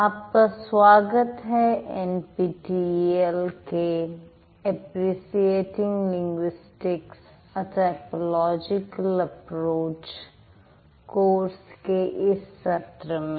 आपका स्वागत है एनपीटीईएल के appreciating linguistics a typological approach course Appreciating Linguistics A Typological Approach course के इस सत्र में